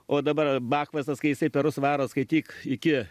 o dabar bakvasas kai jisai perus varo skaityk iki